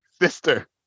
sister